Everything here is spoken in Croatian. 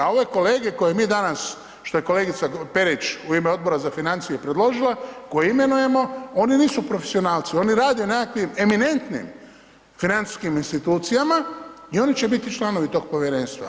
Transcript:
A ove kolege koje mi danas, što je kolegica Perić u ime Odbora za financije predložila koje imenujemo oni nisu profesionalci, oni rade u nekakvim eminentnim financijskim institucijama i oni će biti članovi tog povjerenstva.